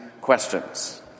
questions